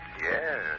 Yes